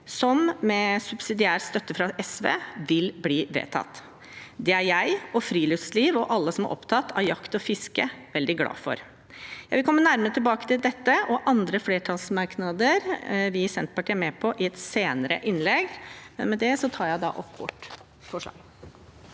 som – med subsidiær støtte fra SV – vil bli vedtatt. Det er jeg og friluftslivet og alle som er opptatt av jakt og fiske, veldig glade for. Jeg vil komme nærmere tilbake til dette og andre flertallsmerknader vi i Senterpartiet er med på, i et senere innlegg. Med det anbefaler jeg